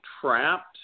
trapped